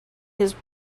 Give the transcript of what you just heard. his